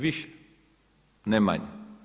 Više, ne manje.